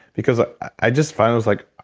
because i i just found. i was like,